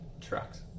Trucks